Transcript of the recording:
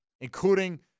including